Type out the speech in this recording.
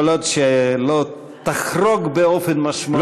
כל עוד לא תחרוג באופן משמעותי מזמנך.